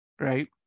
right